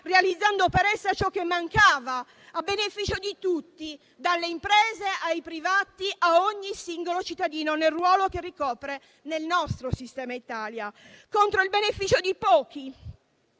realizzando per essa ciò che mancava, a beneficio di tutti, dalle imprese ai privati, a ogni singolo cittadino, nel ruolo che ricopre nel nostro sistema Italia, contro il beneficio di pochi.